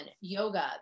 yoga